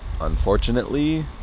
unfortunately